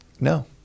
No